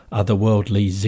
otherworldly